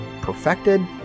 perfected